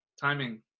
timing